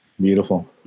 Beautiful